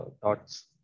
thoughts